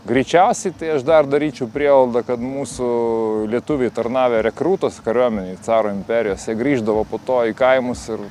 greičiausiai tai aš dar daryčiau prielaidą kad mūsų lietuviai tarnavę rekrūtuos kariuomenėj caro imperijos jie grįždavo po to į kaimus ir